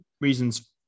reasons